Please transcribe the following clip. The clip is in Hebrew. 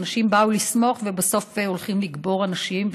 אנשים באו לשמוח ובסוף הולכים לקבור אנשים,